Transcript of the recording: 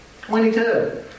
22